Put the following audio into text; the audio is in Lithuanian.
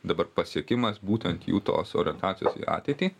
dabar pasiekimas būtent jų tos orientacijos į ateitį